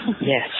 Yes